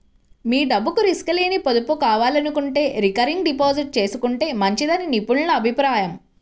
మీ డబ్బుకు రిస్క్ లేని పొదుపు కావాలనుకుంటే రికరింగ్ డిపాజిట్ చేసుకుంటే మంచిదని నిపుణుల అభిప్రాయం